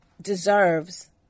Deserves